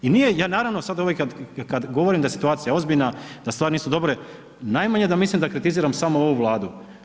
I nije, ja naravno sad uvijek kad govorim da je situacija ozbiljna da stvari nisu dobre, najmanje da mislim da kritiziram samo ovu Vladu.